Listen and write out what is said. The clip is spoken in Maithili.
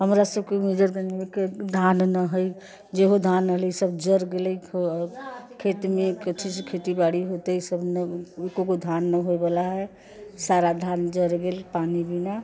हमरासभके मेजरगञ्जके धान ना होय जेहो धान होलय सभ जड़ि गेलै खेतमे कथीसँ खेती बारी होतै सभमे एको गो धान नहि होयवला हइ सारा धान जड़ि गेल पानि बिना